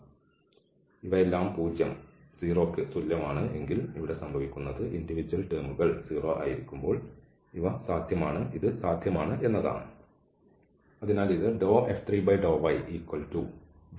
അതിനാൽ ഇതെല്ലാം പൂജ്യം 0 ന് തുല്യമാണെങ്കിൽ ഇവിടെ സംഭവിക്കുന്നത് വ്യക്തിഗത പദങ്ങൾ 0 ആയിരിക്കുമ്പോൾ ഇത് സാധ്യമാണ് എന്നതാണ് അതിനാൽ ഇത് F3∂yF2∂zഎന്നാണ്